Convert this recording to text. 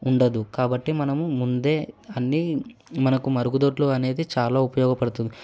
ఉండదు కాబట్టి మనము ముందే అన్ని మనకు మరుగుదొడ్లు అనేది చాలా ఉపయోగపడుతుంది